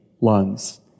lungs